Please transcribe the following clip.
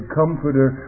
comforter